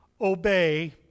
obey